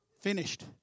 Finished